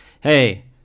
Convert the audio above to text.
hey